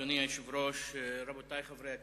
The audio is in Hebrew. אדוני היושב-ראש, רבותי חברי הכנסת,